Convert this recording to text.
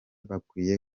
bakwiye